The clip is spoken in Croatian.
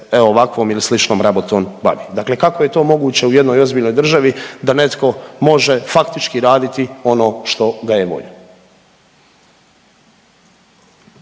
ovakvom ili sličnom rabotom bavi, dakle kako je to moguće u jednoj ozbiljnoj državi da netko može faktički raditi ono što ga je volja.